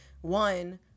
one